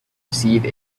receive